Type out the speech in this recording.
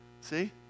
See